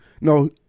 no